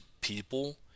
people